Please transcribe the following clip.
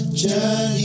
journey